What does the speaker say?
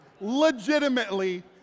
Legitimately